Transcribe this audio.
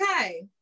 okay